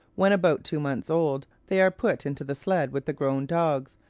when about two months old, they are put into the sledge with the grown dogs,